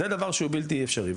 זה דבר שהוא בלתי אפשרי,